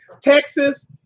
Texas